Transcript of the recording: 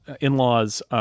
in-law's